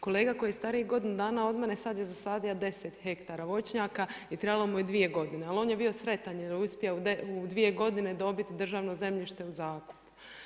Kolega koji je stariji godinu dana od mene sada je zasadio 10 hektara voćnjaka i trebalo mu je dvije godine ali on je bio sretan jer je uspio u dvije godine dobiti državno zemljište u zakup.